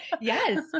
Yes